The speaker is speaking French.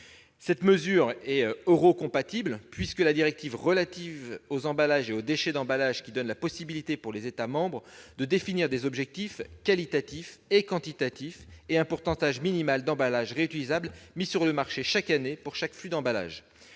Cette mesure est « euro-compatible », puisque la directive relative aux emballages et aux déchets d'emballages donne la possibilité aux États membres de définir « des objectifs qualitatifs et quantitatifs » et « un pourcentage minimal d'emballages réutilisables mis sur le marché chaque année pour chaque flux d'emballages